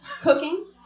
cooking